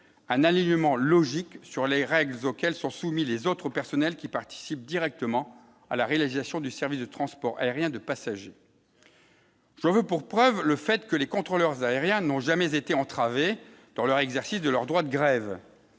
un alignement logique sur les règles auxquelles sont soumis les autres personnels qui participent directement à la réalisation du service de transport aérien de passagers. Je veux pour preuve le fait que les contrôleurs aériens n'ont jamais été entravés dans leur exercice de leur droit de grève